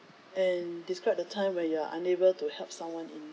and describe the time when you are unable to help someone in